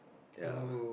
ya